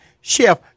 Chef